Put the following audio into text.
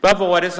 Vad är det